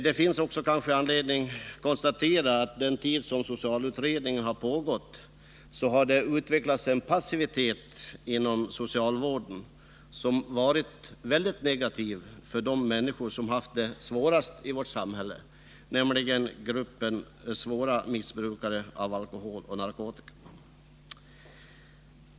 Kanske finns det också anledning att konstatera att det under den tid socialutredningen har pågått har utvecklats en passivitet inom socialvården som varit väldigt negativ för de människor som haft det svårast i vårt samhälle, nämligen gruppen svåra missbrukare av alkohol och narkotika.